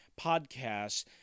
podcasts